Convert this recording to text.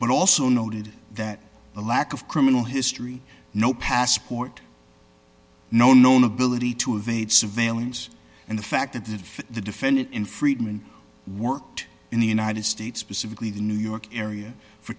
but also noted that a lack of criminal history no passport no no no ability to evade surveillance and the fact that if the defendant in friedman worked in the united states specifically the new york area for